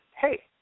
hey